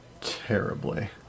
terribly